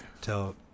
Tell